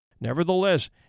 Nevertheless